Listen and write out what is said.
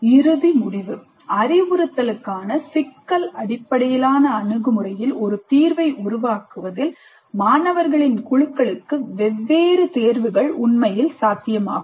இறுதி முடிவு அறிவுறுத்தலுக்கான சிக்கல் அடிப்படையிலான அணுகுமுறையில் ஒரு தீர்வை உருவாக்குவதில் மாணவர்களின் குழுக்களுக்கு வெவ்வேறு தேர்வுகள் உண்மையில் சாத்தியமாகும்